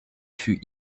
fut